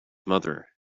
mother